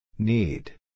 Need